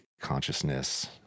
consciousness